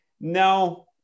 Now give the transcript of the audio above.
no